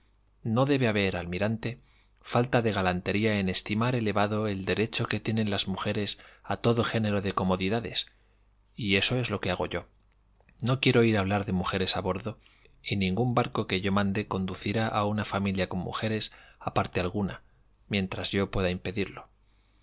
no debe haber almirante falta de galantería en estimar elevado el derecho que tienen las mujeres a todo género de comodidades y eso es lo que hago yo no quiero oír hablar de mujeres a bordo y ningún barco que yo mande conducirá a una familia con mujeres a parte alguna mientras yo pueda impedirlo